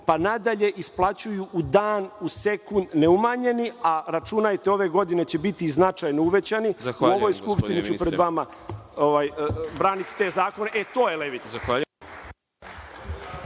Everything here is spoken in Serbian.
pa nadalje, isplaćuju u dan, u sekund, neumanjeni, a računajte da će ove godine biti i značajno uvećani. U ovoj Skupštini ću pred vama braniti te zakone. To je levica.